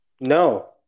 No